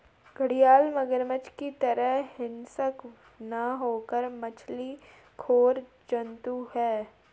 घड़ियाल मगरमच्छ की तरह हिंसक न होकर मछली खोर जंतु है